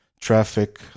traffic